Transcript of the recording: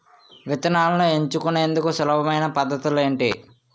విత్తనాలను ఎంచుకునేందుకు సులభమైన పద్ధతులు ఏంటి?